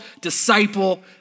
disciple